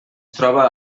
troba